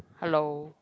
hello